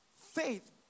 faith